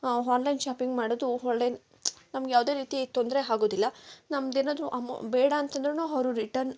online shopping ಮಾಡೋದು ಒಳ್ಳೆ ನಮ್ಗೆ ಯಾವುದೇ ರೀತಿ ತೊಂದರೆ ಆಗೋದಿಲ್ಲ ನಮ್ದೇನಾದ್ರು ಅಮೌಂ ಬೇಡಂತಂದ್ರೂನು ಅವ್ರು ರಿಟನ್